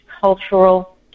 cultural